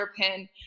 underpin